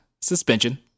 suspension